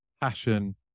passion